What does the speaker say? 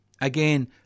again